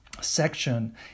section